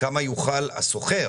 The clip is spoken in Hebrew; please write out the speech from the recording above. יוכל השוכר